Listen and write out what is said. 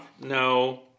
No